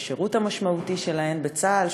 לשירות המשמעותי שלהן בצה"ל,